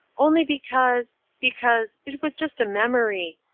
only because because it was just a memory.